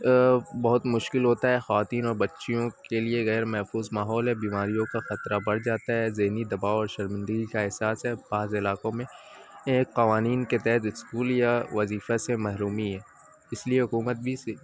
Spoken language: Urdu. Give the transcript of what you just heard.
بہت مشکل ہوتا ہے خواتین اور بچیوں کے لیے غیر محفوظ ماحول ہے بیماریوں کا خطرہ بڑھ جاتا ہے ذہنی دباؤ اور شرمندی کا احساس ہے بعض علاقوں میں قوانین کے تحت اسکول یا وظیفہ سے محرومی ہے اس لیے حکومت بھی سے